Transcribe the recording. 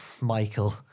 Michael